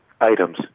items